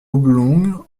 oblongues